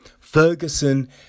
Ferguson